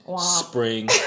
Spring